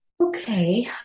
okay